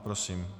Prosím.